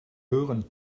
hören